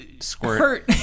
Squirt